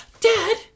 Dad